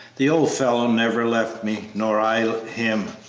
the old fellow never left me, nor i him,